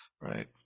right